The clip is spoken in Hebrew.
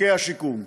חוקי השיקום.